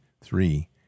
three